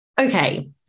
Okay